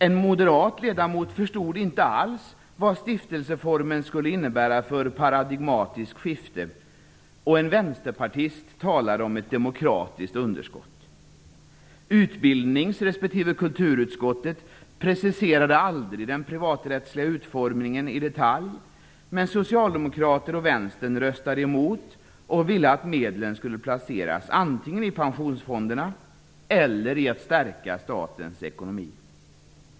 En moderat ledamot förstod inte alls vad stiftelseformen skulle innebära för paradigmatiskt skifte, och en vänsterpartist talade om ett demokratiskt underskott. Utbildnings respektive kulturutskottet preciserade aldrig den privaträttsliga utformningen i detalj, men socialdemokrater och vänsterpartister röstade emot och ville att medlen skulle placeras antingen i pensionsfonderna eller i att stärka statens ekonomi.